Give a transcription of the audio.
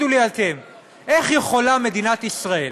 איך יכולה מדינת ישראל